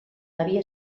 havia